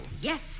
Yes